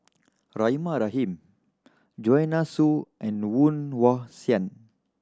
Rahimah Rahim Joanne Soo and Woon Wah Siang